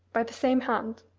by the same hand!